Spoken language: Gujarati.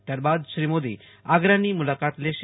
ત્યારબાદ શ્રી મોદી આગ્રાની મુલાકાત લેશે